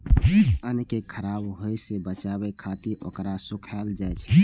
अन्न कें खराब होय सं बचाबै खातिर ओकरा सुखायल जाइ छै